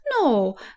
no